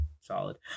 solid